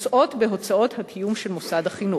נושאות בהוצאות הקיום של מוסד החינוך.